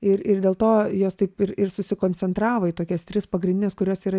ir ir dėl to jos taip ir ir susikoncentravo į tokias tris pagrindines kurios yra